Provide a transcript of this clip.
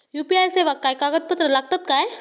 UPI सेवाक काय कागदपत्र लागतत काय?